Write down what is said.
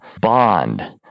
bond